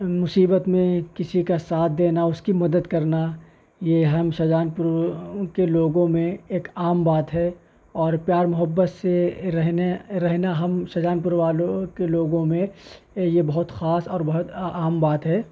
مصیبت میں کسی کا ساتھ دینا اور اس کی مدد کرنا یہ ہم شاہجہان پور کے لوگوں میں ایک عام بات ہے اور پیار محبت سے رہنے رہنا ہم شاہجہان پور والوں کے لوگوں میں یہ بہت خاص اور بہت عام بات ہے